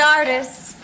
artists